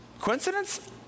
coincidence